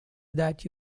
that